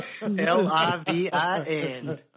l-i-v-i-n